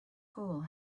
hole